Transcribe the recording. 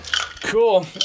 Cool